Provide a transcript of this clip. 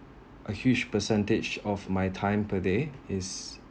a huge percentage of my time per day is